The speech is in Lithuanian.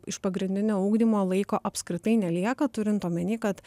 iš pagrindinio ugdymo laiko apskritai nelieka turint omeny kad